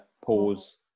pause